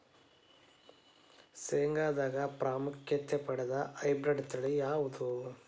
ಶೇಂಗಾದಾಗ ಪ್ರಾಮುಖ್ಯತೆ ಪಡೆದ ಹೈಬ್ರಿಡ್ ತಳಿ ಯಾವುದು?